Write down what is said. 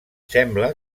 sembla